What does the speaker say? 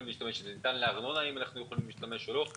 אם אנחנו יכולים להשתמש אם זה מידע לארנונה.